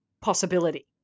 possibility